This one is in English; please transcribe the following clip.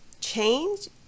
change